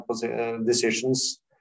decisions